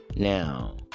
Now